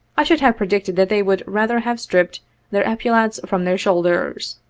i should have predicted that they would rather have stripped their epaulets from their shoulders.